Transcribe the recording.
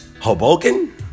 Hoboken